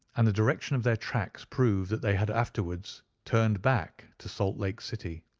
and the direction of their tracks proved that they had afterwards turned back to salt lake city.